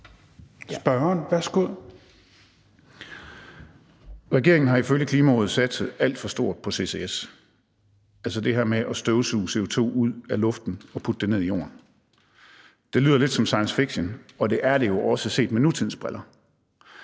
Gejl (ALT): Regeringen har ifølge Klimarådet satset alt for stort på CCS, altså det her med at støvsuge CO2 ud af luften og putte det ned i jorden. Det lyder lidt som science fiction, og det er det jo også set med nutidens briller.